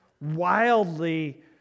wildly